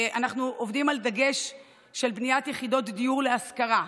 אנחנו עובדים על דגש על בניית יחידות דיור להשכרה,